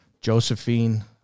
Josephine